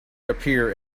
appear